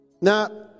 Now